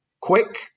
quick